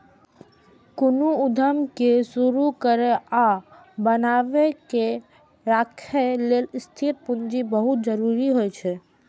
कोनो उद्यम कें शुरू करै आ बनाए के राखै लेल स्थिर पूंजी बहुत जरूरी होइ छै